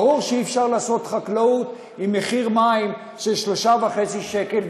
ברור שאי-אפשר לעשות חקלאות עם מחיר מים של 3.5 שקל,